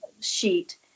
sheet